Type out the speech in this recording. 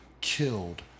killed